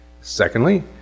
Secondly